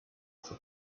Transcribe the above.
for